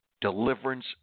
Deliverance